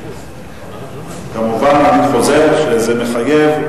אני חוזר, זה מחייב.